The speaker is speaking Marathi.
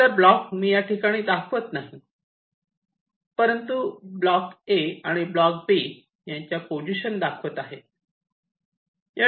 इतर ब्लॉक मी याठिकाणी दाखवत नाही परंतु ब्लॉक A आणि ब्लॉक B यांच्या पोझिशन दाखवत आहे